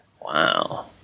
Wow